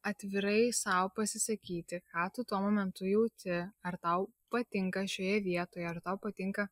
atvirai sau pasisakyti ką tu tuo momentu jauti ar tau patinka šioje vietoje ar tau patinka